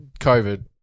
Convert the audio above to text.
COVID